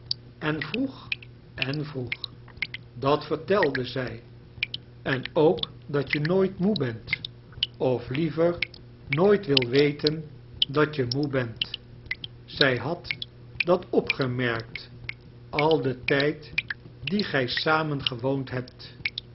en vroeg en vroeg dnt vortelde zij en ook dat jenooit kerstvertellingen moe bent of liever nooit wilt weten dat je moe bent zij had dat opgemerkt al den tijd dien gij samen gewoond hebt